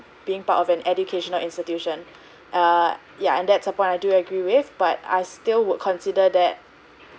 being part of an educational institution err yeah and that's a point I do agree with but I still would consider that